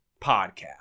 podcast